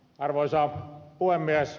arvoisa puhemies